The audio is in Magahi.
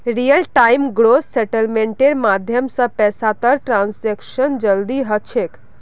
रियल टाइम ग्रॉस सेटलमेंटेर माध्यम स पैसातर ट्रांसैक्शन जल्दी ह छेक